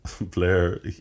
Blair